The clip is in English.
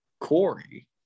Corey